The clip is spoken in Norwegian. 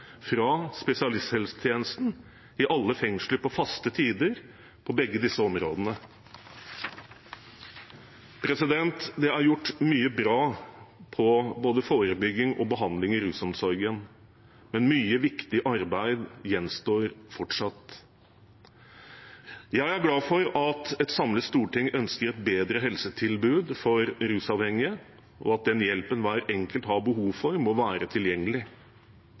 fra spesialisthelsetjenesten i alle fengsler til faste tider, på begge disse områdene. Det er gjort mye bra på både forebygging og behandling i rusomsorgen, men mye viktig arbeid gjenstår fortsatt. Jeg er glad for at et samlet storting ønsker et bedre helsetilbud for rusavhengige, og at den hjelpen hver enkelt har behov for, må være tilgjengelig.